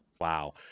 Wow